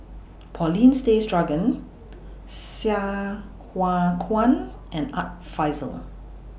Paulin Tay Straughan Sai Hua Kuan and Art Fazil